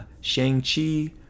Shang-Chi